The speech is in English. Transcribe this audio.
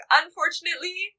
unfortunately